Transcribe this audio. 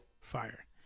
fire